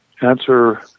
answer